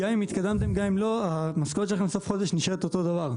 גם אם התקדמתם וגם אם לא המשכורת שלכם בסוף החודש נשארת אותו דבר.